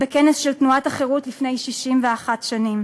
בכנס של תנועת החרות לפני 61 שנה: